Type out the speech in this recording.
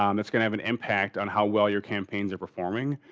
um that's gonna have an impact on how well your campaigns are performing,